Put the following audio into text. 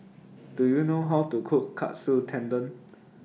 Do YOU know How to Cook Katsu Tendon